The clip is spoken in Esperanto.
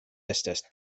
estas